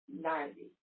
ninety